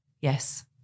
yes